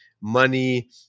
money